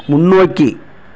முன்னோக்கி